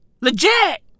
Legit